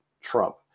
Trump